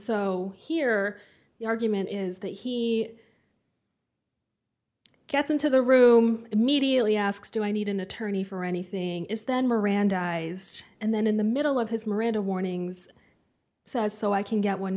so here the argument is that he gets into the room immediately asks do i need an attorney for anything is then mirandized and then in the middle of his miranda warnings says so i can get one